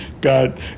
God